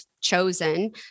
chosen